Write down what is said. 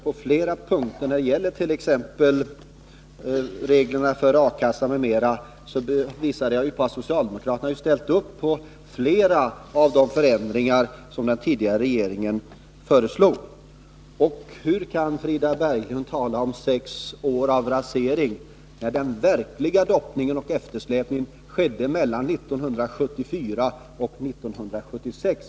På flera punkter, t.ex. när det gäller reglerna för A-kassa m.m., har socialdemokraterna ställt upp på de förändringar som den tidigare regeringen föreslog. Hur kan Frida Berglund tala om sex år av rasering, när den verkliga doppningen och eftersläpningen skedde mellan 1974 och 1976?